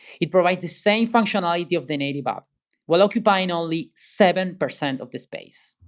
it provides the same functionality of the native app while occupying only seven percent of the space.